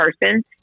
person